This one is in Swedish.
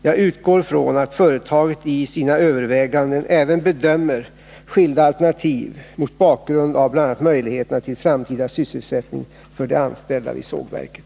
Jag utgår från att företaget i sina överväganden även bedömer skilda alternativ mot bakgrund av bl.a. möjligheterna till framtida sysselsättning för de anställda vid sågverket.